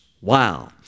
Wow